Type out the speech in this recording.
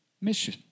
mission